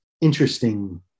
interesting